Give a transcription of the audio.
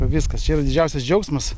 viskas čia yra didžiausias džiaugsmas